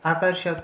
आकर्षक